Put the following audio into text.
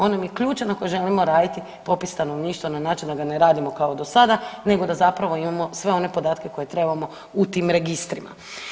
On nam je ključan ako želimo raditi popis stanovništva na način da ga ne radimo kao do sada nego da zapravo imamo sve one podatke koje trebamo u tim registrima.